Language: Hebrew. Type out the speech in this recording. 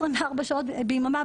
24 שעות ביממה,